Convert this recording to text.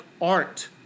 art